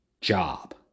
job